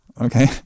okay